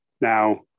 Now